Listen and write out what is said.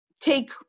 take